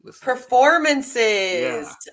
Performances